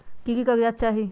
की की कागज़ात चाही?